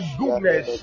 goodness